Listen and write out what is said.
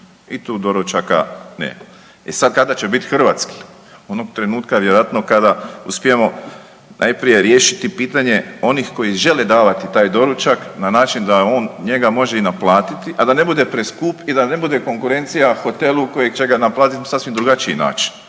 I tu doručaka nema. E sad kada će bit hrvatski? Onog trenutka vjerojatno kada uspijemo najprije riješiti pitanje onih koji žele davati taj doručak na način da on njega može i naplatiti, a da ne bude preskup i da ne bude konkurencija hotelu koji će ga naplatit na sasvim drugačiji način.